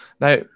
Now